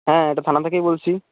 হ্যাঁ এটা থানা থেকেই বলছি